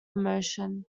emotion